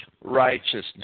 righteousness